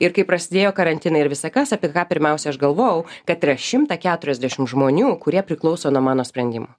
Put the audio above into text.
ir kai prasidėjo karantinai ir visa kas apie ką pirmiausiai aš galvojau kad yra šimtą keturiasdešim žmonių kurie priklauso nuo mano sprendimų